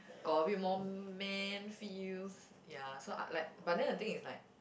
got a bit more man feels ya so I like but then the thing is like